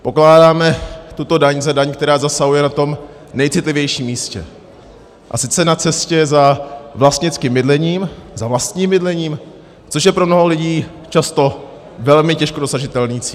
Pokládáme tuto daň za daň, která zasahuje na tom nejcitlivějším místě, a sice na cestě za vlastnickým bydlením, za vlastním bydlením, což je pro mnoho lidí často velmi těžko dosažitelný cíl.